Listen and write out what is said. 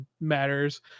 matters